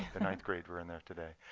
the ninth grade were in there today.